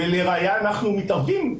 ולראיה אנחנו מתערבים,